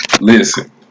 Listen